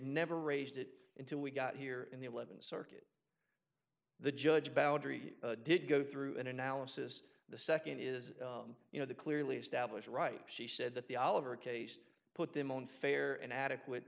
never raised it until we got here in the eleventh circuit the judge boundary did go through an analysis the second is you know the clearly established right she said that the oliver case put them on fair and adequate